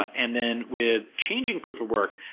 and then, with changing proof of work,